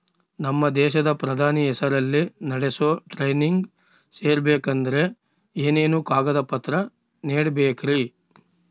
ನಮ್ಮ ದೇಶದ ಪ್ರಧಾನಿ ಹೆಸರಲ್ಲಿ ನಡೆಸೋ ಟ್ರೈನಿಂಗ್ ಸೇರಬೇಕಂದರೆ ಏನೇನು ಕಾಗದ ಪತ್ರ ನೇಡಬೇಕ್ರಿ?